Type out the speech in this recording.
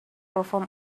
perform